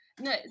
No